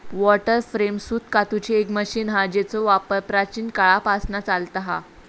water frame सूत कातूची एक मशीन हा जेचो वापर प्राचीन काळापासना चालता हा